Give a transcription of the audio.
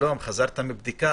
שלום, חזרת מבדיקה.